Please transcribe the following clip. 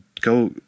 Go